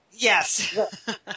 Yes